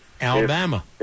Alabama